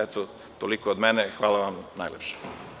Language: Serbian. Eto, toliko od mene, hvala vam najlepše.